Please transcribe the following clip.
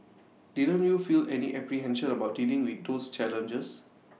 didn't you feel any apprehension about dealing with those challenges